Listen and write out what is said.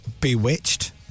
Bewitched